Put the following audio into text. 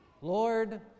Lord